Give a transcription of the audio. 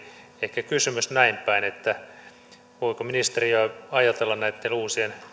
ehkä kysymys näinpäin että voiko ministeriö ajatella näitten uusien